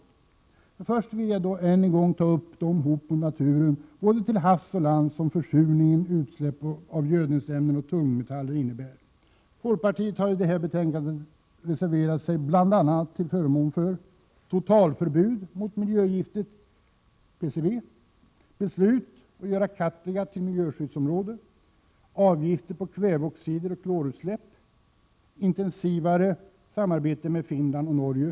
Först och främst vill jag ännu en gång nämna de hot mot naturen, både till havs och på land, som försurningen och utsläppen av gödningsämnen och tungmetaller innebär. Vi i folkpartiet har när det gäller detta betänkande reserverat oss bl.a. till förmån för beslut att göra Kattegatt till miljöskyddsområde, avgifter på kväveoxider och klorutsläpp samt intensivare samarbete med Finland och Norge.